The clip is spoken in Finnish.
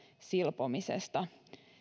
silpomisesta